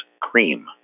cream